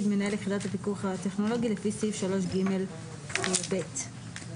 מנהל יחידת הפיקוח הטכנולוגי לפי סעיף 3ג(ב); "הנציב"